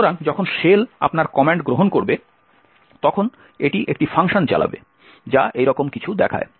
সুতরাং যখন শেল আপনার কমান্ড গ্রহণ করবে তখন এটি একটি ফাংশন চালাবে যা এইরকম কিছু দেখায়